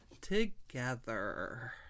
together